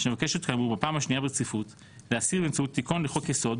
שמבקשת כאמור בפעם השנייה ברציפות להסיר באמצעות תיקון לחוק יסוד